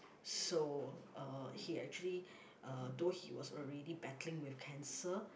so uh he actually uh though he was already battling with cancer